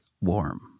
warm